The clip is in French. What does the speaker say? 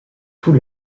tout